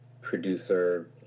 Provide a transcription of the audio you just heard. producer